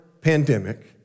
pandemic